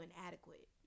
inadequate